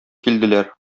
килделәр